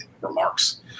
remarks